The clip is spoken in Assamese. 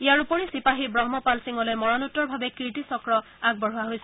ইয়াৰ উপৰি চিপাহী ৱহ্ম পাল সিঙলৈ মৰণোত্তৰভাৱে কীৰ্তি চক্ৰ আগবঢ়োৱা হৈছে